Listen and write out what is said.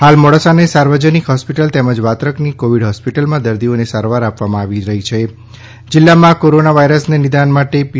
હાલ મોડાસાની સાર્વજનિક હોસ્પિટલ તેમજ વાત્રકની કૉવિડ હૉસ્પિટલમાં દર્દીઓને સારવાર આપવામાં આવી છે જિલ્લામાં કૉરોના વાઇરસને નિદાન માટે પી